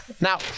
Now